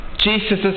Jesus